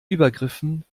übergriffen